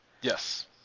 Yes